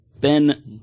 Ben